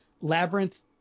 Labyrinth